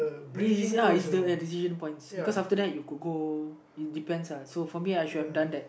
this is ya is the decision points because after that you could go it depends uh so for me I should have done that